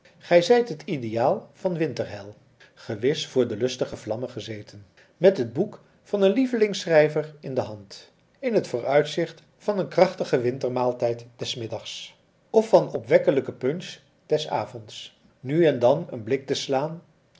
gij zijt het ideaal van winterheil gewis voor de lustige vlammen gezeten met het boek van een lievelingsschrijver in de hand en het vooruitzicht van een krachtigen wintermaaltijd des middags of van opwekkelijke punch des avonds nu en dan een blik te slaan